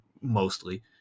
mostly